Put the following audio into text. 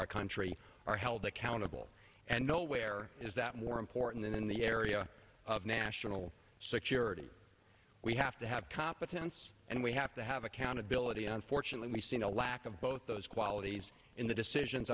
our country are held accountable and nowhere is that more important than in the area of national security we have to have competence and we have to have accountability unfortunately we've seen a lack of both those qualities in the decisions